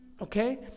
okay